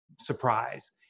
surprise